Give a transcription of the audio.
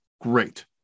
great